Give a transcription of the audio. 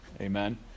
amen